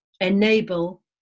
enable